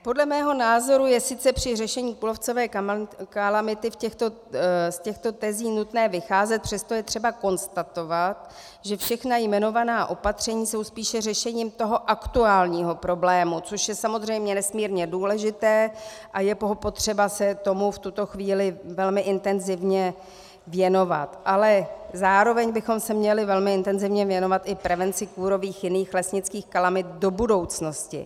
Podle mého názoru je sice při řešení kůrovcové kalamity z těchto tezí nutné vycházet, přesto je třeba konstatovat, že všechna jmenovaná opatření jsou spíše řešením toho aktuálního problému, což je samozřejmě nesmírně důležité a je potřeba se tomu v tuto chvíli velmi intenzivně věnovat, ale zároveň bychom se měli velmi intenzivně věnovat i prevenci kůrových jiných lesnických kalamit do budoucnosti.